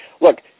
look